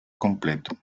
completo